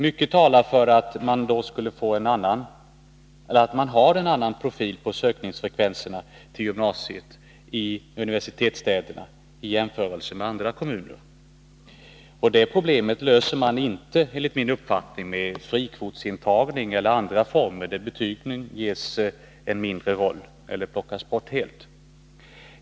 Mycket talar för att profilen på sökningsfrekvensen i vad gäller gymnasiet är annorlunda i universitetsstäderna än i andra kommuner. Det problemet löser man, enligt min uppfattning, inte med frikvotsintagning eller andra former av intagning där betygen ges en mindre roll eller plockas bort helt.